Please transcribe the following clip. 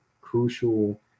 crucial